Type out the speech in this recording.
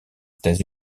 états